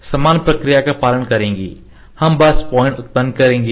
समान प्रक्रिया का पालन करेंगे हम बस पॉइंट उत्पन्न करेंगे